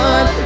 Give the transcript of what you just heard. One